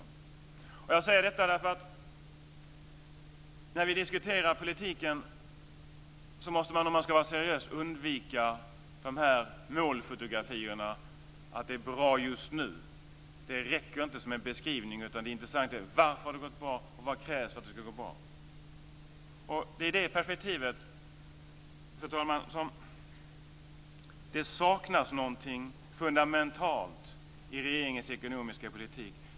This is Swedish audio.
Jag säger detta därför att när vi diskuterar denna politik måste man om man ska vara seriös undvika sådana här målfotografier som visar att det är bra just nu. Det räcker inte som beskrivning. Det intressanta är varför det har gått bra och vad som krävs för att det ska gå bra. Det är i det perspektivet, fru talman, som det saknas någonting fundamentalt i regeringens ekonomiska politik.